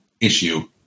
issue